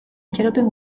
itxaropen